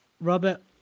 Robert